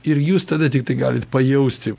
ir jūs tada tiktai galit pajausti